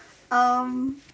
um